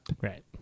Right